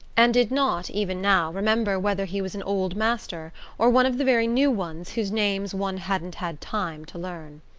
and did not, even now, remember whether he was an old master or one of the very new ones whose names one hadn't had time to learn.